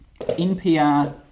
NPR